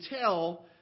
tell